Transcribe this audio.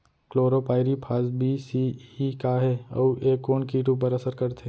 Chlorpyrifos बीस CE का हे अऊ ए कोन किट ऊपर असर करथे?